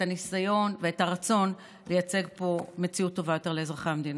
את הניסיון ואת הרצון לייצג פה מציאות טובה יותר לאזרחי המדינה.